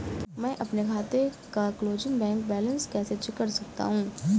मैं अपने खाते का क्लोजिंग बैंक बैलेंस कैसे चेक कर सकता हूँ?